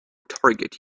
target